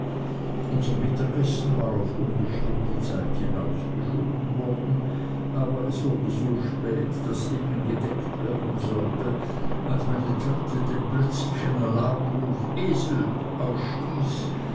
unser mittagessen war auf unbestimmte zeit hinausgeschoben worden aber es wurde so spät daß eben gedeckt werden sollte als meine tante den plötzlichen alarmruf esel ausstieß